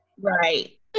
Right